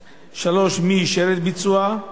3. מי אישר את ביצועה?